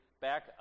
back